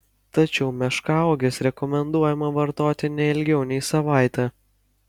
tačiau meškauoges rekomenduojama vartoti ne ilgiau nei savaitę